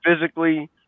physically